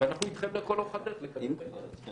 אנחנו אתכם לאורך כל הדרך לקיים את העניין הזה.